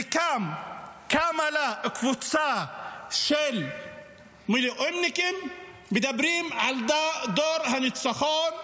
וקמה לה קבוצה של מילואימניקים ומדברים על דור הניצחון.